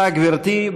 תודה, גברתי.